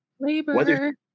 labor